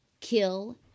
kill